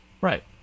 Right